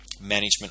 management